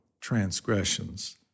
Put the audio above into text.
transgressions